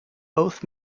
both